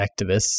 activists